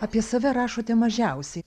apie save rašote mažiausiai